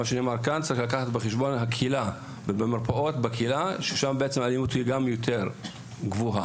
צריך לקחת בחשבון שבקהילה ובמרפאות בקהילה האלימות יותר גבוהה.